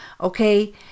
okay